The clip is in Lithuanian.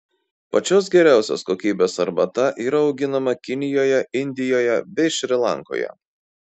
pačios geriausios kokybės arbata yra auginama kinijoje indijoje bei šri lankoje